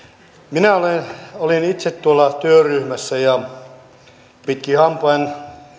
minä olin itse tuossa työryhmässä ja pitkin hampain